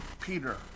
Peter